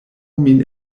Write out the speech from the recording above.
min